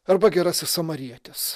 arba gerasis samarietis